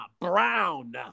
Brown